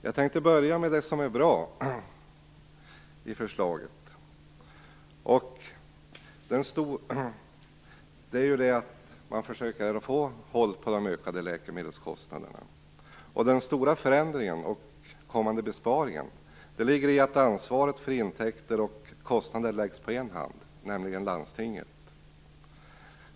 Jag tänker börja med det som är bra i förslaget, nämligen att man här försöker att få kontroll på de ökade läkemedelskostnaderna. Den stora förändringen och kommande besparingen ligger i att ansvaret och intäkter och kostnader läggs i en hand, nämligen landstingets.